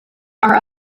are